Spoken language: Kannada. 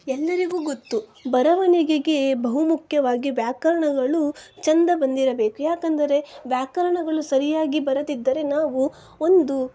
ಎಲ್ಲರಿಗೂ ಗೊತ್ತು ಬರವಣಿಗೆಗೆ ಬಹು ಮುಖ್ಯವಾಗಿ ವ್ಯಾಕರಣಗಳು ಚಂದ ಬಂದಿರಬೇಕು ಯಾಕೆಂದರೆ ವ್ಯಾಕರಣಗಳು ಸರಿಯಾಗಿ ಬರದಿದ್ದರೆ ನಾವು ಒಂದು